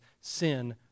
sin